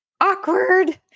Awkward